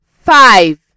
five